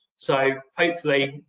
so hopefully,